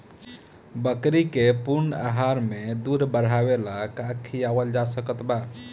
बकरी के पूर्ण आहार में दूध बढ़ावेला का खिआवल जा सकत बा?